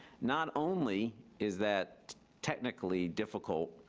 not only is that technically difficult,